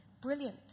Brilliant